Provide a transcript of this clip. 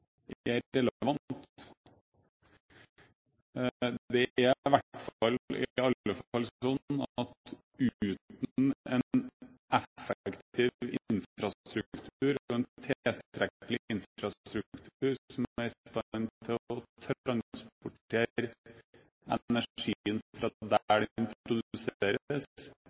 er i alle fall sånn at uten en effektiv infrastruktur og en tilstrekkelig infrastruktur som er i stand til å transportere energien fra der